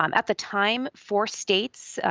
um at the time, four states,